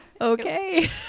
Okay